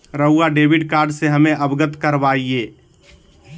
रहुआ debit card से हमें अवगत करवाआई?